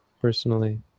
personally